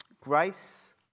Grace